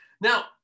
now